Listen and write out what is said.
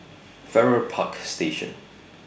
Farrer Park Station